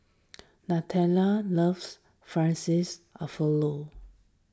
Nataly loves Fettuccine's Alfredo